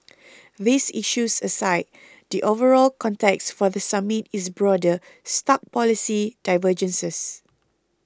these issues aside the overall context for the summit is broader stark policy divergences